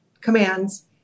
commands